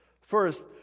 First